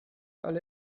alle